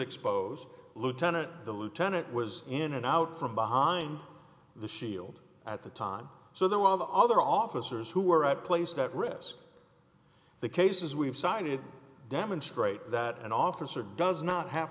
exposed lieutenant the lieutenant was in and out from behind the shield at the time so there were all the other officers who were placed at risk the cases we've cited demonstrate that an officer does not have